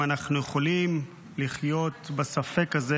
האם אנחנו יכולים לחיות בספק הזה